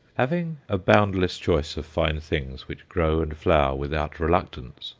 having a boundless choice of fine things which grow and flower without reluctance,